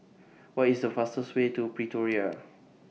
What IS The fastest Way to Pretoria